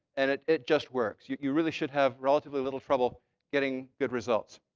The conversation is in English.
and it it just works. you you really should have relatively little trouble getting good results.